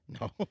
No